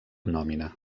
nòmina